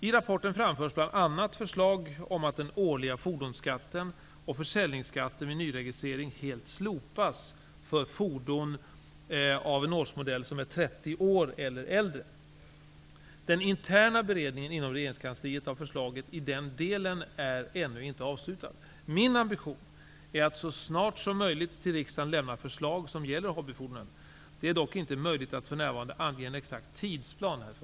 I rapporten framförs bl.a. förslag om att den årliga fordonsskatten och försäljningsskatten vid nyregistrering helt slopas för fordon av en årsmodell som är 30 år eller äldre. Den interna beredningen inom regeringskansliet av förslaget i den delen är ännu inte avslutad. Min ambition är att så snart som möjligt till riksdagen lämna förslag som gäller hobbyfordonen. Det är dock inte möjligt att för närvarande ange en exakt tidsplan härför.